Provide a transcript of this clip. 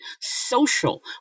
Social